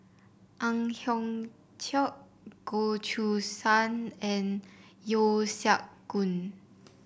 Ang Hiong Chiok Goh Choo San and Yeo Siak Goon